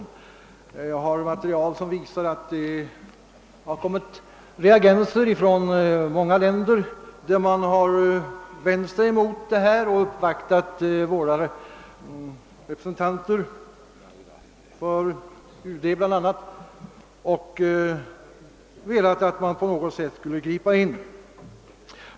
Jag har också material som visar att det förekommit reaktioner från många andra håll. Man har bl.a. uppvaktat representanter för UD och begärt ingripanden.